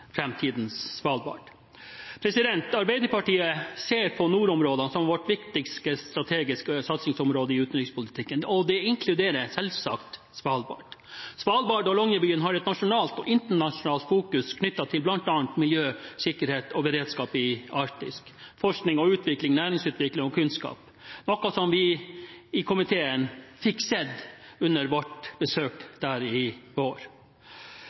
Svalbard. Arbeiderpartiet ser på nordområdene som vårt viktigste strategiske satsingsområde i utenrikspolitikken, og det inkluderer selvsagt Svalbard. Svalbard og Longyearbyen har et nasjonalt og internasjonalt fokus knyttet til bl.a. miljø, sikkerhet og beredskap i Arktis, forskning og utvikling, næringsutvikling og kunnskap – akkurat slik vi i komiteen fikk se under vårt besøk der i vår.